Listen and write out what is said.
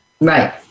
Right